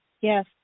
yes